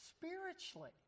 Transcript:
spiritually